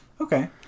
Okay